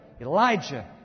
Elijah